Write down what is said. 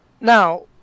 Now